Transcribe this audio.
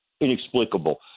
inexplicable